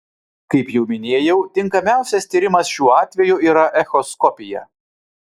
kaip jau minėjau tinkamiausias tyrimas šiuo atveju yra echoskopija